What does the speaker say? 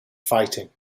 fighting